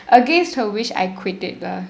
against her wish I quit it lah